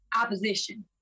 opposition